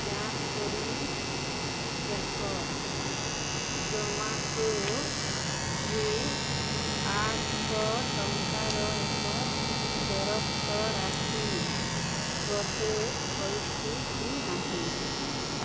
ଯାଞ୍ଚ କରି ଦେଖ ଜୋମାଟୋରୁ ଆଠଶହ ଟଙ୍କାର ଏକ ଫେରସ୍ତ ରାଶି ପ୍ରୋସେସ୍ ହେଇଛି କି ନାହିଁ